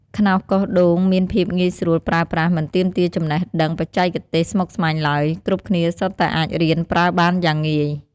ខ្នោសកោងដូងមានភាពងាយស្រួលប្រើប្រាស់មិនទាមទារចំណេះដឹងបច្ចេកទេសស្មុគស្មាញឡើយ គ្រប់គ្នាសុទ្ធតែអាចរៀនប្រើបានយ៉ាងងាយ។